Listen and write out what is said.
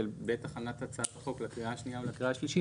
שבעת הכנת הצעת החוק לקריאה השנייה ולקריאה השלישית,